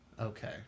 Okay